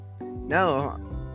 No